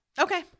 Okay